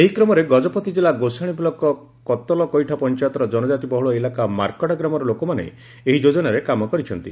ଏହି କ୍ରମରେ ଗଜପତି ଜିଲ୍ଲା ଗୋଶାଣୀ ବ୍ଲକ୍ କତଲକଇଠା ପଞାୟତର ଜନଜାତି ବହୁଳ ଇଲାକା ମାର୍କଡ଼ା ଗ୍ରାମର ଲୋକମାନେ ଏହି ଯୋଜନାରେ କାମ କରିଛନ୍ତି